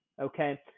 okay